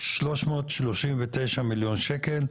339 מיליון שקל,